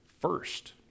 first